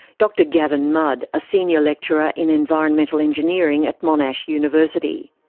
dr gavin mudd, a senior lecturer in environmental engineering at monash university.